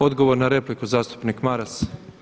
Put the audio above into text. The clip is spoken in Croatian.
Odgovor na repliku zastupnik Maras.